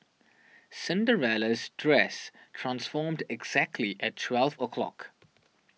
Cinderella's dress transformed exactly at twelve o' clock